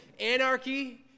anarchy